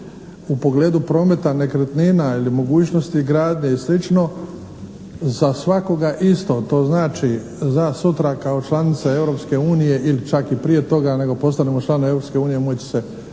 u pogledu prometa nekretnina ili nemogućnosti gradnje i sl. za svakoga isto. To znači za sutra kao članica Europske unije ili čak i prije toga nego postanemo član Europske